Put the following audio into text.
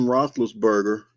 Roethlisberger